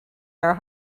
are